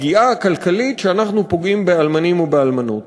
לפגיעה הכלכלית שאנחנו פוגעים באלמנים ובאלמנות.